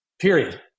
Period